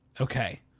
Okay